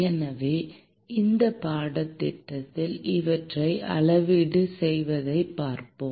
எனவே இந்த பாடத்திட்டத்தில் இவற்றையும் அளவீடு செய்வதையும் பார்ப்போம்